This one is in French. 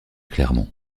clermont